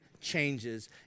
changes